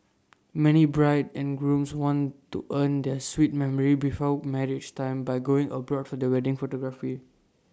many brides and grooms want to earn their sweet memory before marriage time by going abroad for the wedding photography